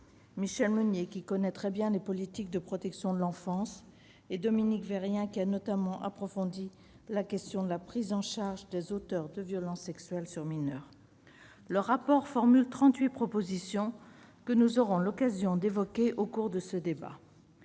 Michelle Meunier, qui connaît très bien les politiques de protection de l'enfance, et Dominique Vérien, qui a notamment approfondi la question de la prise en charge des auteurs de violences sexuelles sur mineurs. Le rapport d'information formule trente-huit propositions, que nous aurons l'occasion d'évoquer au cours de ce débat.